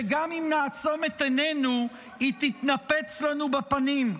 שגם אם נעצום את ענינו היא תתנפץ לנו בפנים,